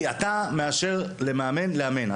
אתה מאשר למאמן לאמן.